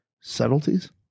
subtleties